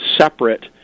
separate